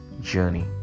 journey